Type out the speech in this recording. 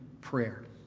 prayer